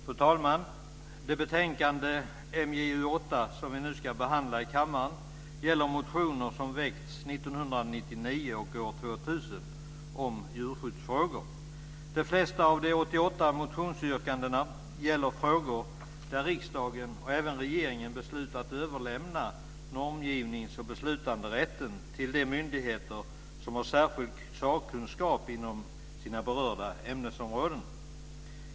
Fru talman! Betänkande MJU8, som vi nu ska behandla i kammaren, gäller motioner som väckts åren 88 motionsyrkandena gäller frågor där riksdagen och även regeringen beslutat att överlämna normgivningsoch beslutanderätten till de myndigheter som har särskild sakkunskap inom sina berörda ämnesområden.